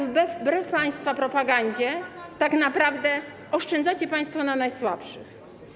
Wbrew państwa propagandzie tak naprawdę oszczędzacie państwo na najsłabszych.